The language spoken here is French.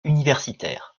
universitaire